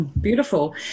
Beautiful